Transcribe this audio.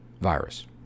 virus